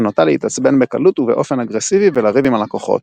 הנוטה להתעצבן בקלות ובאופן אגרסיבי ולריב עם הלקוחות.